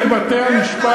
אתם מקעקעים את בתי-המשפט,